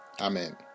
Amen